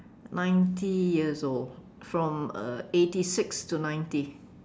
ninety years old from uh eighty six to ninety